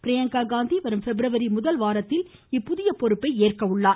பிரியங்கா காந்தி வரும் பிப்ரவரி முதல் வாரத்தில் புதிய பொறுப்பை ஏற்க உள்ளார்